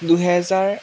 দুহেজাৰ